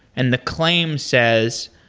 and the claim says,